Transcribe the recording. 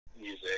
music